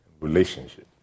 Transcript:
relationship